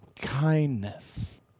kindness